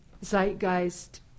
zeitgeist